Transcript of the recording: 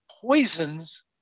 poisons